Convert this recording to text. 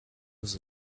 was